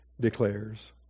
declares